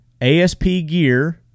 ASPGear